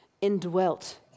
indwelt